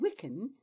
Wiccan